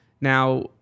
Now